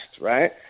right